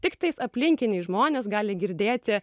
tiktai aplinkiniai žmonės gali girdėti